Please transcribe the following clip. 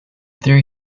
theory